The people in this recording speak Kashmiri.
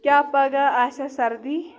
کیٛاہ پگاہ آسیٛا سردی